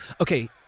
Okay